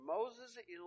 Moses